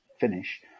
finish